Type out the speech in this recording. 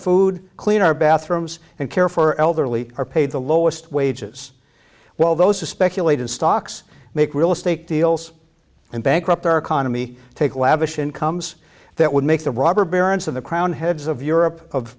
food clean our bathrooms and care for elderly or pay the lowest wages while those who speculate in stocks make real estate deals and bankrupt our economy take lavish incomes that would make the robber barons of the crowned heads of europe of